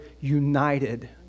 united